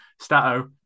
Stato